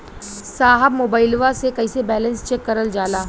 साहब मोबइलवा से कईसे बैलेंस चेक करल जाला?